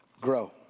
grow